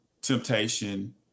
Temptation